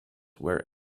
were